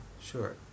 Sure